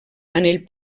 anell